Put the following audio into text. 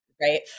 Right